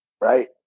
right